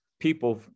people